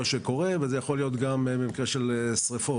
שקורה וזה יכול להיות גם במקרה של שריפות.